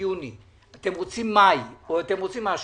יוני אלא אתם רוצים מאי או תאריך אחר,